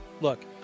look